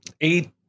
eight